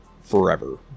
forever